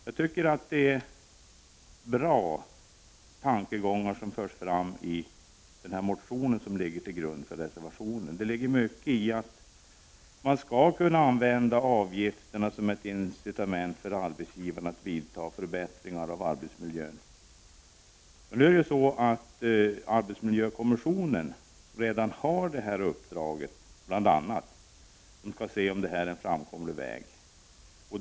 Jag tycker att bra tankegångar förs fram i den motion som ligger till grund för reservationen. Det ligger mycket i att man skall kunna använda avgifterna som ett incitament för arbetsgivaren att vidta förbättringar av arbetsmiljön. Arbetsmiljökommissionen har emellertid redan i uppdrag att undersöka om det här är en framkomlig väg.